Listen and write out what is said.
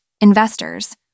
investors